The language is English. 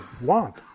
want